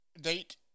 date